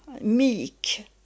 meek